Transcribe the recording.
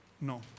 No